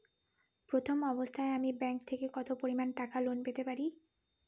প্রথম অবস্থায় আমি ব্যাংক থেকে কত পরিমান টাকা লোন পেতে পারি?